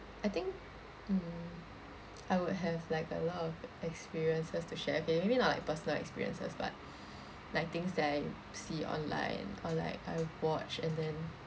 I think mm I would have like a lot of experiences to share okay maybe not like personal experiences but like things that I see online or like I watch and then